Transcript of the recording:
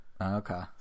okay